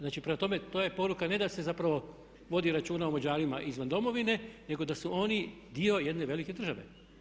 Znači, prema tome to je poruka ne da se zapravo vodi računa o Mađarima izvan Domovine nego da su oni dio jedne velike države.